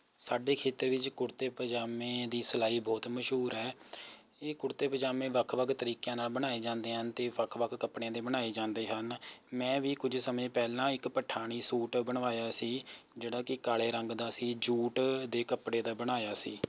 ਸਾਡੇ ਖੇਤਰ ਵਿੱਚ ਕੁੜਤੇ ਪਜਾਮੇ ਦੀ ਸਿਲਾਈ ਬਹੁਤ ਮਸ਼ਹੂਰ ਹੈ ਇਹ ਕੁੜਤੇ ਪਜਾਮੇ ਵੱਖ ਵੱਖ ਤਰੀਕਿਆਂ ਨਾਲ ਬਣਾਏ ਜਾਂਦੇ ਹਨ ਅਤੇ ਵੱਖ ਵੱਖ ਕੱਪੜਿਆਂ ਦੇ ਬਣਾਏ ਜਾਂਦੇ ਹਨ ਮੈਂ ਵੀ ਕੁਝ ਸਮੇਂ ਪਹਿਲਾਂ ਇੱਕ ਪਠਾਣੀ ਸੂਟ ਬਣਵਾਇਆ ਸੀ ਜਿਹੜਾ ਕਿ ਕਾਲ਼ੇ ਰੰਗ ਦਾ ਸੀ ਜੂਟ ਦੇ ਕੱਪੜੇ ਦਾ ਬਣਾਇਆ ਸੀ